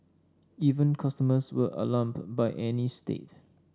even customers were alarmed by Annie's state